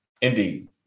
Indeed